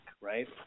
Right